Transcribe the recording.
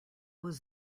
was